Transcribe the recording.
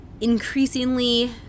increasingly